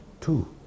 two